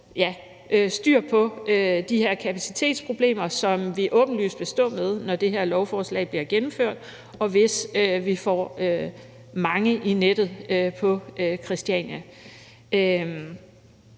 styr på de her kapacitetsproblemer, som vi åbenlyst vil stå med, når det her lovforslag bliver gennemført, og hvis vi får mange i nettet på Christiania.